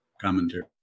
commentary